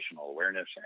awareness